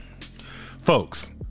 Folks